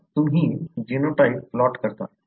तुम्ही genotype plot करता